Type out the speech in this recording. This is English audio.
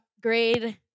grade